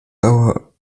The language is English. borough